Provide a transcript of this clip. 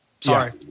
Sorry